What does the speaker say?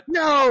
no